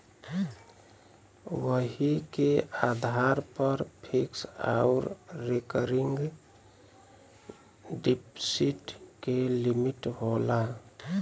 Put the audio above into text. वही के आधार पर फिक्स आउर रीकरिंग डिप्सिट के लिमिट होला